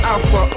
Alpha